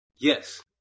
Yes